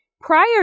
Prior